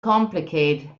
complicated